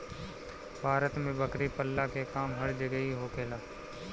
भारत में बकरी पलला के काम हर जगही होखेला